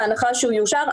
בהנחה שהוא יאושר,